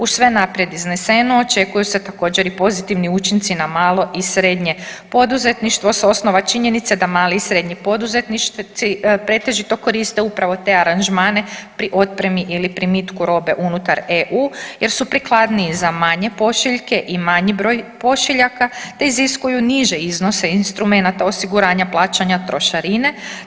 Uz sve naprijed izneseno očekuju se također i pozitivni učinci na malo i srednje poduzetništvo sa osnova činjenice da mali i srednji poduzetnici pretežito koriste upravo te aranžmane pri otpremi ili primitku robe unutar EU, jer su prikladniji za manje pošiljke i manji broj pošiljaka, te iziskuju niže iznose instrumenata osiguranja plaćanja trošarine.